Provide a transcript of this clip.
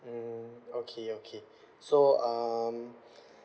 mm okay okay so um